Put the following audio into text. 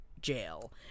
jail